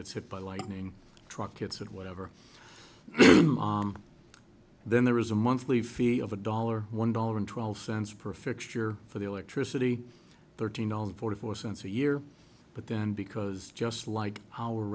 gets hit by lightning truck kids or whatever then there is a monthly fee of a dollar one dollar and twelve cents per fixture for the electricity thirteen dollars forty four cents a year but then because just like our